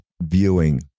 viewing